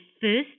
first